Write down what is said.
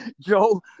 Joe